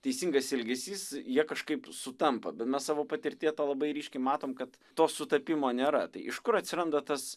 teisingas elgesys jie kažkaip sutampa bet mes savo patirtyje tą labai ryškiai matom kad to sutapimo nėra tai iš kur atsiranda tas